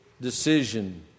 decision